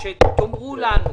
שתאמרו לנו,